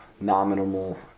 nominal